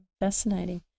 Fascinating